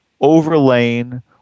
overlaying